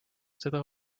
seda